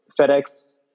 fedex